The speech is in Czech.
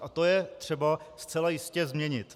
A to je třeba zcela jistě změnit.